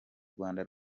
rwanda